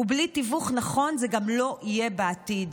ובלי תיווך נכון זה גם לא יהיה בעתיד,